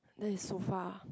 that is so far